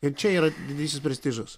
ir čia yra didysis prestižas